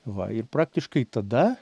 va ir praktiškai tada